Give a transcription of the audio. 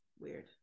weird